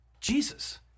Jesus